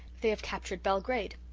they have captured belgrade.